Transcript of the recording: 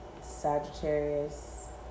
Sagittarius